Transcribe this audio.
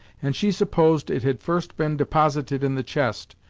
and she supposed it had first been deposited in the chest,